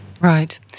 Right